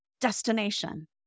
destination